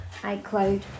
iCloud